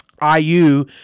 IU